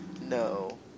No